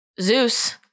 Zeus